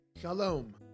Shalom